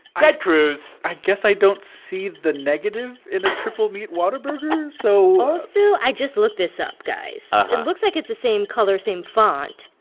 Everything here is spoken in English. ted cruz. i guess i don't see the negative in a triple-meat whataburger but so. also, i just looked this up, guys. it looks like it's the same color, same font.